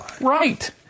Right